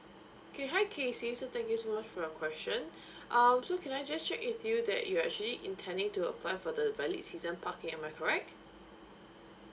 okay hi kesy so thank you so much for your question um so can I just check with you that you're actually intending to apply for the valid season parking am I correct